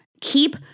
Keep